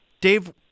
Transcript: Dave